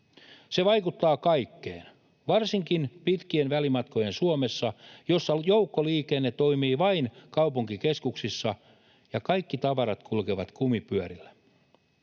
Se vaikuttaa kaikkeen, varsinkin pitkien välimatkojen Suomessa, jossa joukkoliikenne toimii vain kaupunkikeskuksissa ja kaikki tavarat kulkevat kumipyörillä.